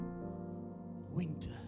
Winter